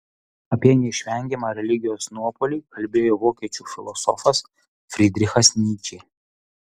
apie neišvengiamą religijos nuopuolį kalbėjo vokiečių filosofas frydrichas nyčė